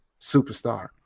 superstar